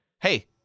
Hey